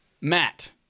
Matt